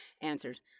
answers